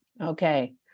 Okay